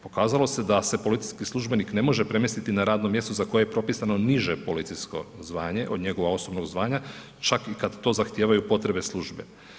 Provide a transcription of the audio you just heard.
Pokazalo se da se policijski službenik ne može premjestiti na radno mjesto za koje je propisano niže policijsko zvanje od njegova osobnog zvanja, čak i kad to zahtijevaju potrebe službe.